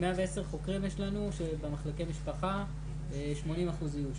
110 חוקרים יש לנו במחלקי משפחה, 80% איוש.